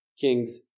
kings